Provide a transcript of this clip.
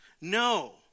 No